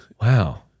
Wow